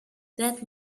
that